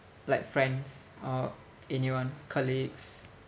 like friends or anyone colleagues